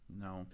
No